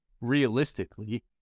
realistically